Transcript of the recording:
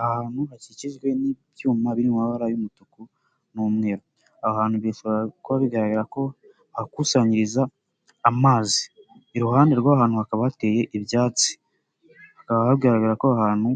Ahantu hakikijwe n'ibyuma biri mu mabara y'umutuku n'umweru aha hantu bishobora kuba bigaragara ko hakusanyiriza amazi iruhande rw'aha hantu hakaba hateye ibyatsi hakaba hagaragara ko aha hantu